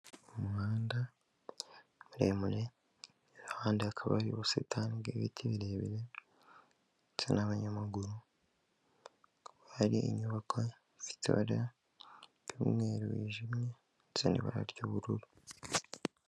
Umuhanda muremure kandi hakaba ubusitani bwibiti birebire, ndetse n'abanyamaguru, hari inyubako ifite ibara ry'umweru wijimye ndetse n'ibara ry'ubururu.